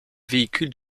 véhicules